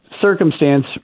circumstance